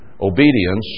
obedience